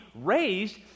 raised